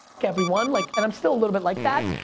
fuck everyone, like and i'm still a little bit like that,